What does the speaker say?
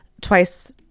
twice